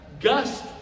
gust